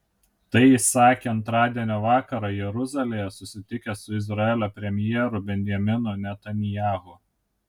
tai jis sakė antradienio vakarą jeruzalėje susitikęs su izraelio premjeru benjaminu netanyahu